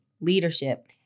leadership